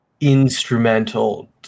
instrumental